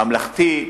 ממלכתי,